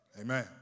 amen